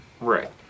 right